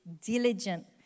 diligent